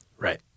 Right